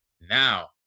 Now